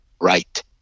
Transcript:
right